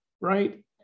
right